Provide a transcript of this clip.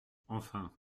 enfin